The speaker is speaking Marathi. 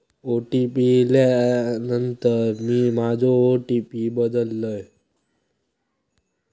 ओ.टी.पी इल्यानंतर मी माझो ओ.टी.पी बदललय